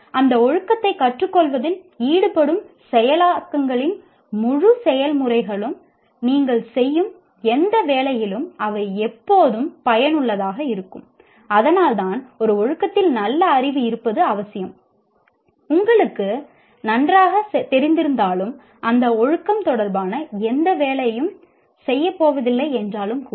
அந்த ஒழுக்கத்தைக் கற்றுக்கொள்வதில் ஈடுபடும் செயலாக்கங்களின் முழு செயல்முறைகளும் நீங்கள் செய்யும் எந்த வேலையிலும் அவை எப்போதும் பயனுள்ளதாக இருக்கும் அதனால்தான் ஒரு ஒழுக்கத்தில் நல்ல அறிவு இருப்பது அவசியம்உங்களுக்கு நன்றாகத் தெரிந்திருந்தாலும் அந்த ஒழுக்கம் தொடர்பான எந்த வேலையும் செய்யப் போவதில்லை என்றாலும் கூட